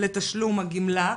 לתשלום הגמלה,